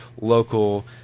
local